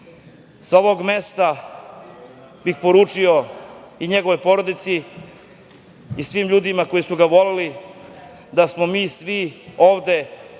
ovog mesta bih poručio i njegovoj porodici i svim ljudima koji su ga voleli da smo mi svi ovde